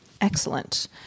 excellent